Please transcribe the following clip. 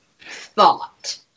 thought